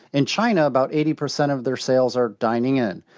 in china, about eighty percent of their sales are dining in,